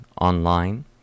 online